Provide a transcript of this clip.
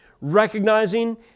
recognizing